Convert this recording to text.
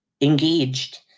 engaged